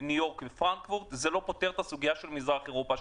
ניו יורק ופרנקפורט לא פותרים את הבעיה של מזרח אירופה.